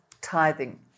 tithing